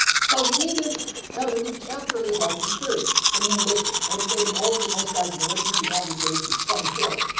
so he needed kind of a new chapter in his life. he was thirty when he enlisted which made him older than most guys in the regiment. the average age was twenty four.